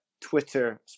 Twitter